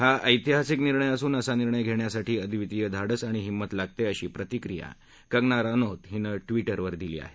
हा ऐतिहासिक निर्णय असून असा निर्णय घेण्यासाठी अद्वितीय धाडस आणि हिंमत लागते अशी प्रतिक्रिया कंगना स्नौत हीनं ट्विटरवर दिली आहे